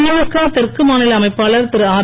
திமுக தெற்கு மாநில அமைப்பாளர் திரு ஆர்